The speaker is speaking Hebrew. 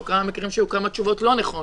או כמה מקרים שהיו כמה תשובות לא נכונות.